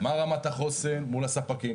מה רמת החוסן מול הספקים.